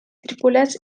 tripulats